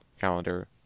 calendar